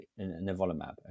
nivolumab